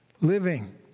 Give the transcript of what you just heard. living